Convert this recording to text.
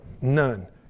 None